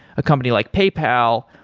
a company like paypal,